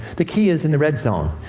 the key is in the red zone.